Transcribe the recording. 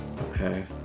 Okay